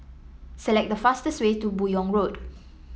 select the fastest way to Buyong Road